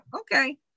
okay